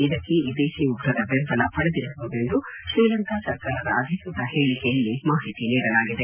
ಇದಕ್ಕೆ ವಿದೇಶಿ ಉಗ್ರರ ಬೆಂಬಲ ಪಡೆದಿರಬಹುದೆಂದು ಶ್ರೀಲಂಕಾ ಸರ್ಕಾರದ ಅಧಿಕೃತ ಹೇಳಿಕೆಯಲ್ಲಿ ಮಾಹಿತಿ ನೀಡಲಾಗಿದೆ